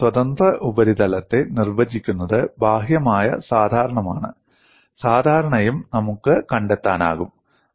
അതിനാൽ സ്വതന്ത്ര ഉപരിതലത്തെ നിർവചിക്കുന്നത് ബാഹ്യമായ സാധാരണമാണ് സാധാരണയും നമുക്ക് കണ്ടെത്താനാകും